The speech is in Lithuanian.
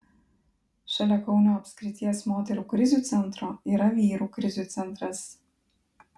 šalia kauno apskrities moterų krizių centro yra vyrų krizių centras